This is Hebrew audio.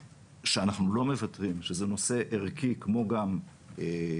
שאנחנו לא מוותרים, שזה נושא ערכי כמו גם הומאני,